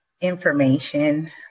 information